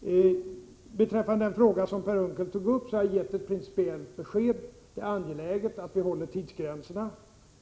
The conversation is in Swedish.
den. Beträffande den fråga som Per Unckel ställde har jag gett ett principiellt besked: det är angeläget att vi håller tidsgränserna.